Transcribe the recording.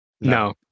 No